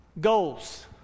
goals